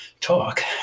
talk